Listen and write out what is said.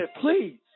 please